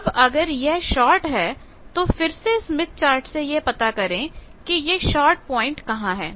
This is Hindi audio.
अब अगर यह शार्ट है तो फिर से स्मिथ चार्ट से यह पता करें कि यह शार्ट पॉइंट कहां है